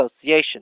Association